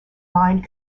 mined